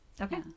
okay